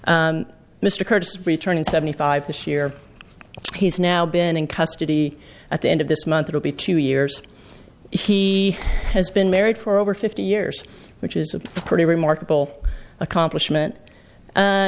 brief mr curtis return in seventy five this year he's now been in custody at the end of this month will be two years he has been married for over fifty years which is a pretty remarkable accomplishment